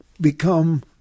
become